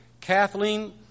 Kathleen